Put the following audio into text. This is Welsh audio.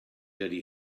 dydy